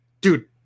dude